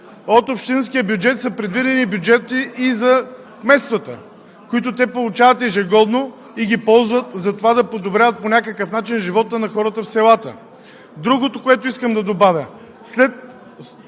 от общинския бюджет са предвидени бюджети и за кметствата, които те получават ежегодно и ги ползват за това да подобряват по някакъв начин живота на хората в селата. Другото, което искам да добавя.